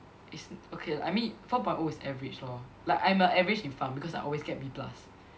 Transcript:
is okay lah I mean four point O is average lor like I'm a average in pharm because I always get B plus